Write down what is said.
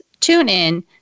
TuneIn